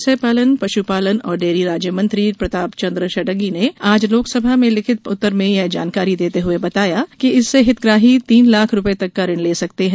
मत्स्यपालन पशु पालन और डेयरी राज्य मंत्री प्रताप चंद्र षड़गी ने आज लोकसभा में लिखित उत्तर में यह जानकारी देते हुए बताया कि इससे हितग्राही तीन लाख रूपये तक का ऋण ले सकते हैं